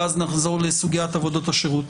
ואז נחזור לסוגיית עבודות השירות.